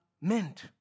meant